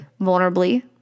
vulnerably